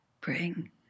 bring